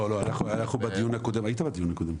לא, היית בדיון הקודם?